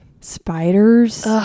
Spiders